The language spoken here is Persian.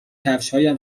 کفشهام